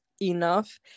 enough